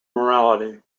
morality